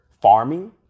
farming